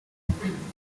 by’igihugu